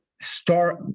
start